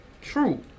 True